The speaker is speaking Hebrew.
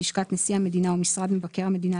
לשכת נשיא המדינה או משרד מבקר המדינה,